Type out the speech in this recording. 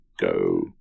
go